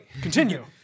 continue